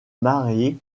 marié